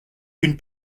une